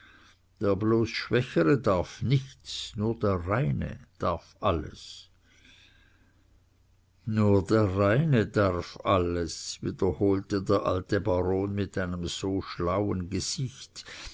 der bloß schwächere darf nichts nur der reine darf alles nur der reine darf alles wiederholte der alte baron mit einem so schlauen gesicht